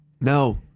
No